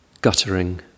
Guttering